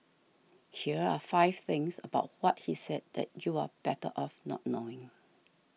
here are five things about what he said that you're better off not knowing